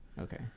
Okay